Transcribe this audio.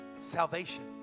salvation